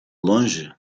longe